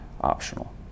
optional